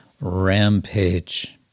rampage